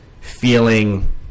feeling